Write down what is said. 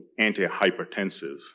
antihypertensive